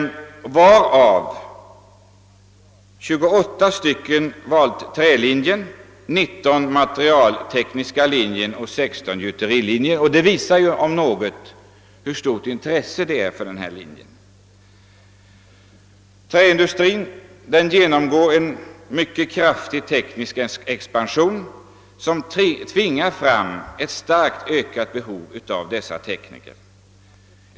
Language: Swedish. Av dessa har 28 valt den trätekniska linjen, 19 den materialtekniska linjen och 16 gjuterilinjen. Detta om något visar hur stort intresset för den trätekniska linjen är. Träindustrin genomgår en mycket kraftig teknisk expansion, som leder till ett starkt ökat behov av trätekniker.